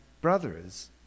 brothers